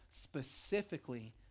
specifically